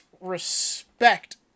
respect